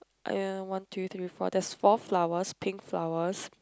!aiya! one two three four there is four flowers pink flowers